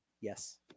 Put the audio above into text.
Yes